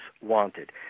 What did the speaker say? wanted